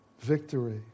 victory